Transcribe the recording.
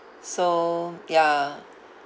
so ya